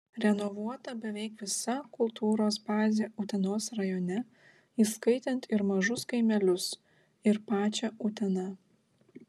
renovuota beveik visa kultūros bazė utenos rajone įskaitant ir mažus kaimelius ir pačią uteną